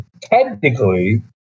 technically